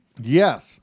Yes